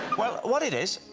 what it is,